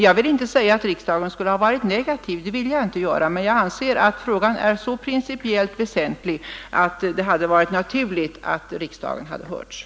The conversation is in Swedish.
Jag vill inte säga att riksdagen hade varit negativ, men jag anser att frågan är principiellt så väsentlig att det hade varit naturligt att efterhöra riksdagens uppfattning.